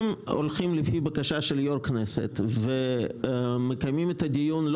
אם הולכים לפי בקשתו של יושב ראש הכנסת ומקיימים את הדיון לא